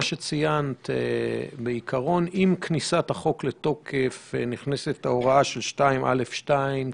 עם כניסת החוק לתוקף נכנסת ההוראה של 2(א)(2)